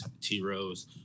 T-Rose